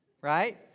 Right